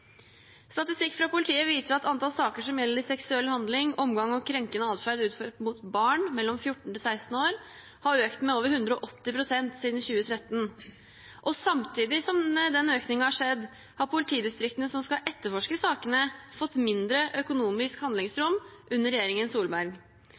Statistikk fra politiet viser at antall saker som gjelder seksuell handling, omgang og krenkende atferd utført mot barn mellom 14 og 16 år, har økt med over 180 pst. siden 2013. Samtidig som den økningen har skjedd, har politidistriktene som skal etterforske sakene, fått mindre økonomisk